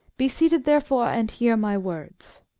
be seated, therefore, and hear my words.